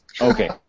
Okay